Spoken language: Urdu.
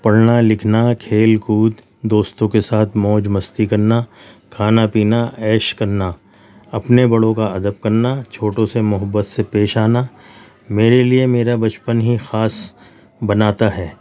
پڑھنا لکھنا کھیل کود دوستوں کے ساتھ موج مستی کرنا کھانا پینا عیش کرنا اپنے بڑوں کا ادب کرنا چھوٹوں سے محبت سے پیش آنا میرے لیے میرا بچپن ہی خاص بناتا ہے